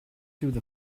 through